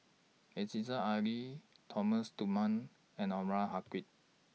Aziza Ali Thomas Dunman and Anwarul Haque